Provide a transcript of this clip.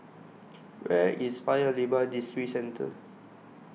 Where IS Paya Lebar Districentre